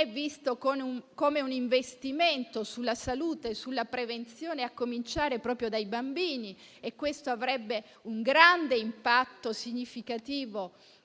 ancora visto come un investimento sulla salute e sulla prevenzione, a cominciare proprio dai bambini. Questo avrebbe un grande impatto significativo